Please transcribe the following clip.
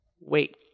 wait